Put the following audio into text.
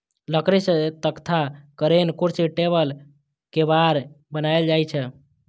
लकड़ी सं तख्ता, धरेन, कुर्सी, टेबुल, केबाड़ बनाएल जाइ छै